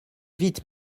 vite